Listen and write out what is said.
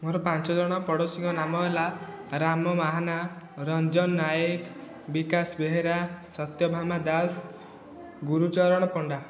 ମୋର ପାଞ୍ଚ ଜଣ ପଡ଼ୋଶୀଙ୍କ ନାମ ହେଲା ରାମ ମାହାନା ରଞ୍ଜନ ନାୟକ ବିକାଶ ବେହେରା ସତ୍ୟଭାମା ଦାସ ଗୁରୁଚରଣ ପଣ୍ଡା